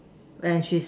and she's